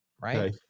right